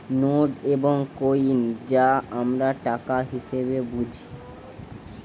note এবং coin যা আমরা টাকা হিসেবে বুঝি